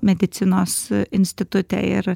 medicinos institute ir